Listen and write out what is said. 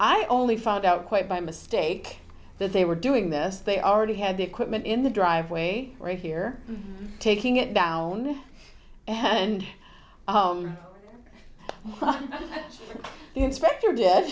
i only found out quite by mistake that they were doing this they already had the equipment in the driveway right here taking it down and inspector d